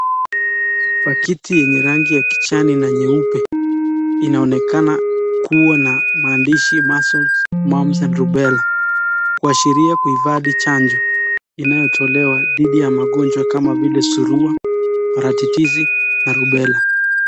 Pakiti yenye rangi ya kijani na nyeupe inaonekana kuwa na maandishi measles, mumps and rubela[c] kuashiria kuhifadhi chanjo inayotolewa dhidi ya magonjwa kama vile surua, parachichizi na rubela.